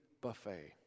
buffet